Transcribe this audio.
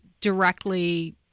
directly